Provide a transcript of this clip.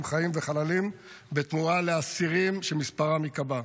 חיים וחללים בתמורה לאסירים שמספרם ייקבע,